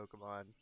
pokemon